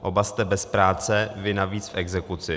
Oba jste bez práce, vy navíc v exekuci.